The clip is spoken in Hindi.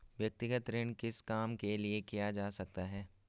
व्यक्तिगत ऋण किस काम के लिए किया जा सकता है?